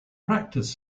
practice